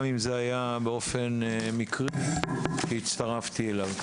גם אם זה היה באופן מקרי כי הצטרפתי אליו.